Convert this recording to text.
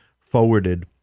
forwarded